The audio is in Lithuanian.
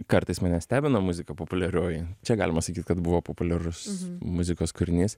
kartais mane stebina muzika populiarioji čia galima sakyt kad buvo populiarus muzikos kūrinys